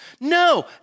No